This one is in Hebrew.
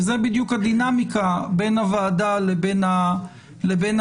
וזה בדיוק הדינמיקה בין הוועדה לבין הממשלה,